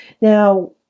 Now